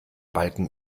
balken